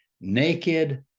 naked